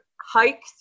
hike